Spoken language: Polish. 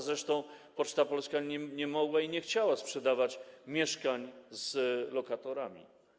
Zresztą Poczta Polska nie mogła i nie chciała sprzedawać mieszkań z lokatorami.